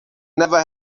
never